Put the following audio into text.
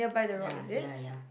ya ya ya